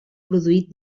produït